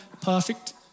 perfect